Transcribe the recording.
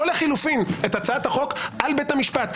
או לחילופין את הצעת החוק על בית המשפט,